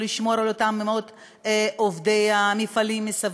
לישראל ויש דרך לשמור את עבודתם של אותם מאות אנשים שאני מדברת עליהם,